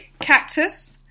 cactus